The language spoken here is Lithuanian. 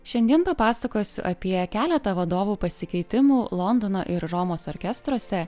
šiandien papasakosiu apie keletą vadovų pasikeitimų londono ir romos orkestruose